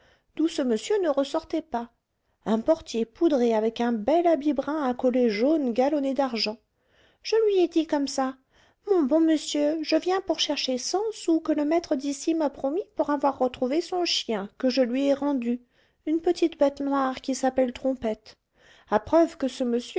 d'où ce monsieur ne ressortait pas un portier poudré avec un bel habit brun à collet jaune galonné d'argent je lui ai dit comme ça mon bon monsieur je viens pour chercher cent sous que le maître d'ici m'a promis pour avoir retrouvé son chien que je lui ai rendu une petite bête noire qui s'appelle trompette à preuve que ce